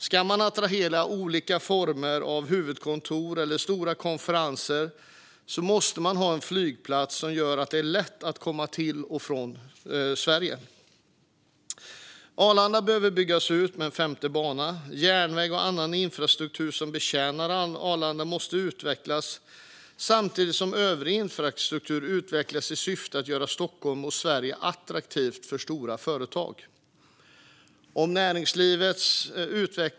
Ska man attrahera olika huvudkontor eller stora konferenser måste man ha en flygplats som gör att det är lätt att komma till och från Sverige. Arlanda behöver byggas ut med en femte bana. Järnväg och annan infrastruktur som betjänar Arlanda måste utvecklas samtidigt som övrig infrastruktur i syfte att göra Stockholm och Sverige attraktivt för stora företag.